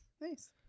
Nice